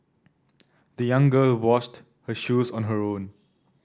the young girl washed her shoes on her own